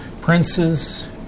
princes